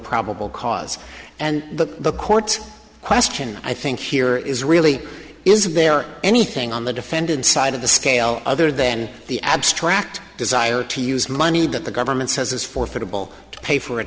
probable cause and the court question i think here is really is there anything on the defendant's side of the scale other than the abstract desire to use money that the government says is for football to pay for a